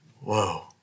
Whoa